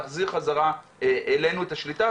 להחזיר חזרה אלינו את השליטה,